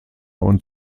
und